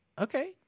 Okay